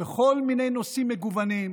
בכל מיני נושאים מגוונים: